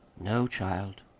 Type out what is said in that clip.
no, child.